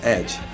Edge